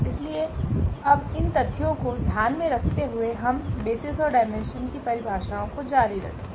इसलिए अब इन तथ्यों को ध्यान में रखते हुए हम बेसिस और डाइमेंशन्स की परिभाषाओं को जारी रखेंगे